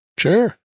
Sure